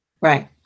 right